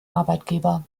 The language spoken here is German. arbeitgeber